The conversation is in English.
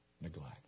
neglect